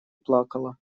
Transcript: плакала